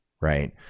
right